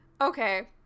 Okay